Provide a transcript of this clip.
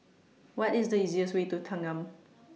What IS The easiest Way to Thanggam